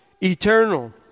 eternal